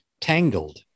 Tangled